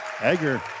Egger